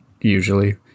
usually